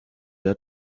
der